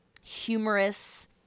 humorous